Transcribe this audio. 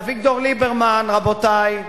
לאביגדור ליברמן, רבותי,